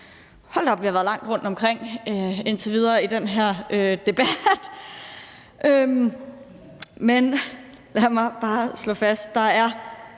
Hold da op, vi har været vidt omkring indtil videre i den her debat, men lad mig bare slå fast,